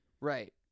Right